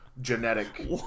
genetic